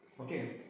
Okay